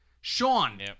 Sean